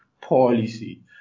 policy